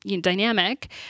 dynamic